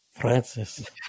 Francis